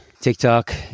TikTok